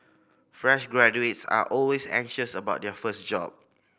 fresh graduates are always anxious about their first job